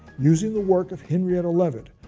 using the work of henrietta leavitt,